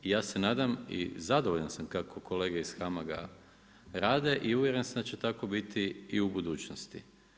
Ja se nadam i zadovoljan sam kako kolege HAMAG-a rade i uvjeren sam da će tako biti i u budućnosti.